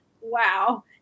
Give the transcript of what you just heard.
Wow